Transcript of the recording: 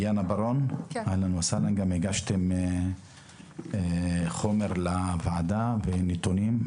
גם הגשתם חומר לוועדה ונתונים.